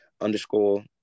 underscore